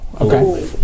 okay